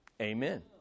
amen